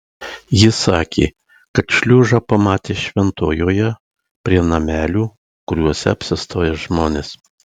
ji sakė kad šliužą pamatė šventojoje prie namelių kuriuose apsistoja žmonės